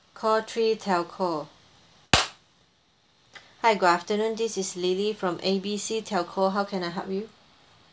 call three telco hi good afternoon this is lily from A B C telco how can I help you